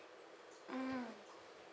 mm